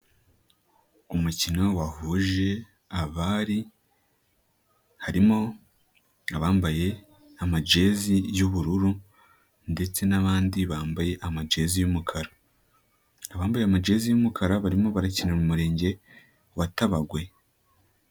Umukino wahuje abari harimo abambaye amajezi y'ubururu ndetse n'abandi bambaye amajezi y'umukara. Abambaye amajezi y'umukara barimo barakina mu Murenge wa Tabagwe.